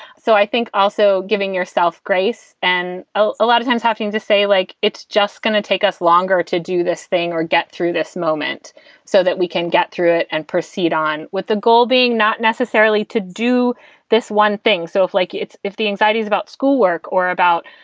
so i think also giving yourself grace and a lot of times have to say, like, it's just going to take us longer to do this thing or get through this moment so that we can get through it and proceed on with the goal being not necessarily to do this one thing. so if, like, if the anxiety is about schoolwork or about,